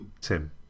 Tim